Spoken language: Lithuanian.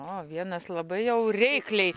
o vienas labai jau reikliai